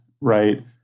right